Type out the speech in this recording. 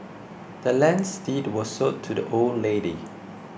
the land's deed was sold to the old lady